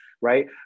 Right